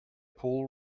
pull